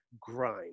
grind